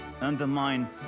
undermine